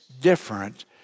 different